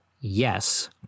Yes